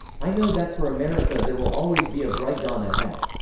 i know that for america there will always be a bright dawn ahead.